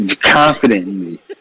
Confidently